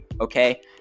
Okay